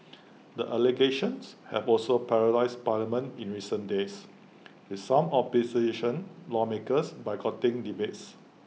the allegations have also paralysed parliament in recent days with some opposition lawmakers boycotting debates